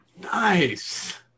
Nice